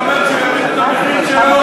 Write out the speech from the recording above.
זה אומר שגם יורידו את המחיר של,